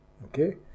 Okay